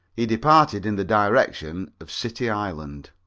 he departed in the direction of city island.